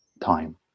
time